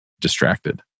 distracted